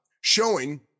showing